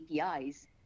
APIs